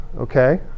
okay